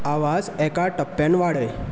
आवाज एका टप्प्यान वाडय